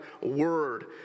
word